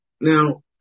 Now